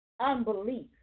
unbelief